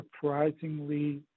surprisingly